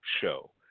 Show